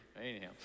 Anyhow